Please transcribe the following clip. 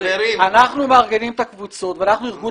אנחנו מארגנים את הקבוצות ואנחנו ארגון